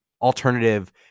alternative